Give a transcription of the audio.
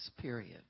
period